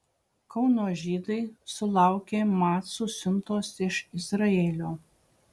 kauno žydai sulaukė macų siuntos iš izraelio